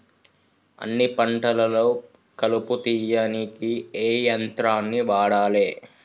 అన్ని పంటలలో కలుపు తీయనీకి ఏ యంత్రాన్ని వాడాలే?